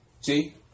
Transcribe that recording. See